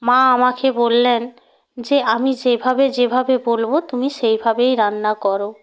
মা আমাকে বললেন যে আমি যেভাবে যেভাবে বলবো তুমি সেইভাবেই রান্না করো